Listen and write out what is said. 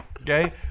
Okay